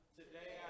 today